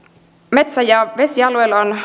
metsä ja vesialueilla on